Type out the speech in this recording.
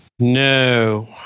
No